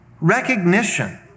recognition